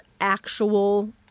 actual